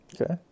Okay